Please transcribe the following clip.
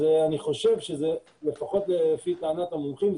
אז אני חושב שזה לפחות לפי טענת המומחים,